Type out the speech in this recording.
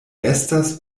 estas